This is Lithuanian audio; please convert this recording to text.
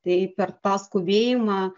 tai per tą skubėjimą